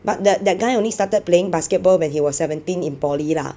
but that that guy only started playing basketball when he was seventeen in poly lah